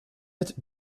mit